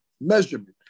measurement